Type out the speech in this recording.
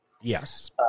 Yes